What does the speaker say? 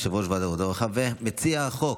יושב-ראש ועדת העבודה והרווחה ומציע החוק.